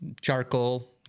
charcoal